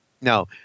no